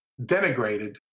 denigrated